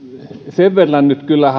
sen verran nyt kyllä